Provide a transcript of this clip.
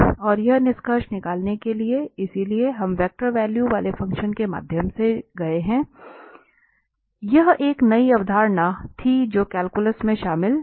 और यह निष्कर्ष निकालने के लिए इसलिए हम वेक्टर वैल्यू वाले फंक्शन के माध्यम से गए हैं इसलिए यह एक नई अवधारणा थी जो कैलकुलस में शामिल नहीं थी